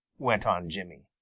went on jimmy.